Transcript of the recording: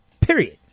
period